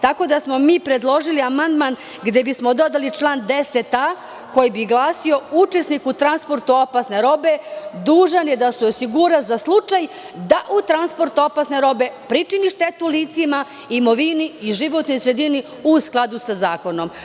Tako da, mi smo predložili amandman gde bismo dodali član 10a, koji bi glasio – učesnik u transportu opasne robe dužan je da se osigura za slučaj da u transportu opasne robe pričini štetu licima, imovini i životnoj sredini, u skladu sa zakonom.